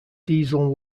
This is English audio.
diesel